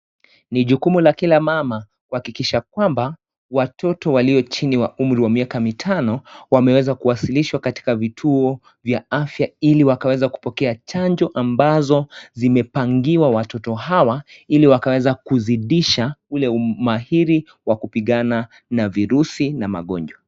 Ni jukumu la kila mama kuhakikisha kuwa watoto walio chini ya umri wa miaka mitano wameweza kuwasilishwa katika vituo vya afya ili waweze kupokea chanjo ambazo zimepangiwa watoto hawa ili waweze kuzidisha ule umahiri wa kupigana na virusi na magonjwa.